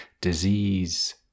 disease